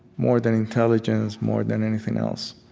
more than intelligence, more than anything else.